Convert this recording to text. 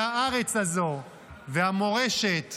והארץ הזו והמורשת והירושה,